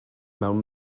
mewn